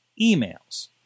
emails